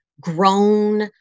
grown